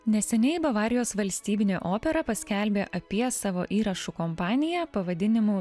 neseniai bavarijos valstybinė opera paskelbė apie savo įrašų kompaniją pavadinimu